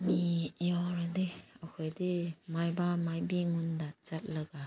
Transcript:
ꯃꯤ ꯌꯥꯎꯔꯗꯤ ꯑꯩꯈꯣꯏꯗꯤ ꯃꯥꯏꯕ ꯃꯥꯏꯕꯤ ꯉꯣꯟꯗ ꯆꯠꯂꯒ